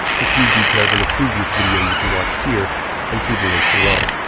which we detailed in a previous video you can watch here and through the link below.